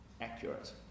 accurate